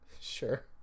Sure